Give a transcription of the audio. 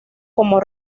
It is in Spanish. como